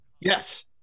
Yes